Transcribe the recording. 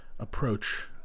approach